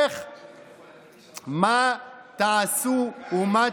מה תעשו ומה תאמרו?